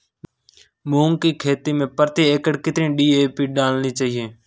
मूंग की खेती में प्रति एकड़ कितनी डी.ए.पी डालनी चाहिए?